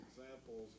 examples